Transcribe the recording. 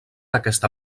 aquesta